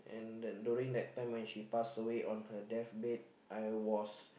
and that during that time when she passed away on her death bed I was